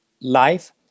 life